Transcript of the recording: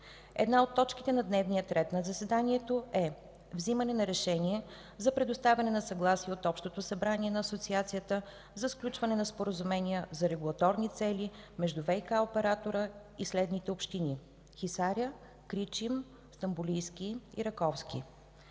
Една от точките на дневния ред на заседанието е вземане на решение за предоставяне на съгласие от Общото събрание на Асоциацията за сключване на споразумения за регулаторни цели между ВиК оператора и следните общини: Хисаря, Кричим, Стамболийски и Раковски.